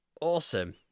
Awesome